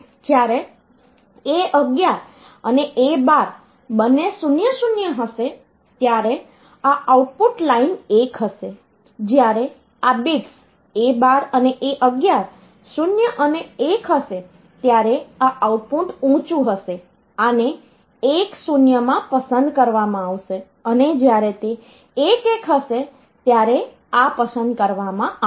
જ્યારે A11 અને A12 બંને 00 હશે ત્યારે આ આઉટપુટ લાઇન 1 હશે જ્યારે આ બિટ્સ A12 અને A11 0 અને 1 હશે ત્યારે આ આઉટપુટ ઊંચું હશે આને 1 0 માં પસંદ કરવામાં આવશે અને જ્યારે તે 1 1 હશે ત્યારે આ પસંદ કરવામાં આવશે